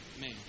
man